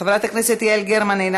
חבר הכנסת אוסאמה סעדי,